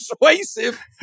persuasive